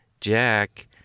Jack